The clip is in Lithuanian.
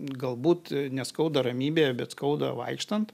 galbūt neskauda ramybėje bet skauda vaikštant